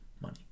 money